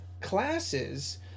classes